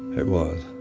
it was